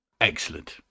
excellent